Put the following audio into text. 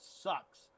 sucks